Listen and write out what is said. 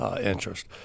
interest